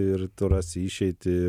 ir tu rasi išeitį